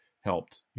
helped